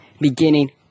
beginning